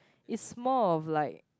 is more of like